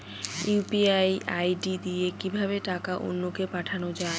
UPI ID দিয়ে কিভাবে টাকা অন্য কে পাঠানো যায়?